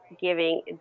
giving